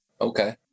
Okay